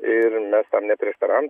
ir mes tam neprieštaram